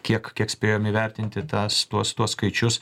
kiek kiek spėjom įvertinti tas tuos tuos skaičius